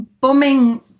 bombing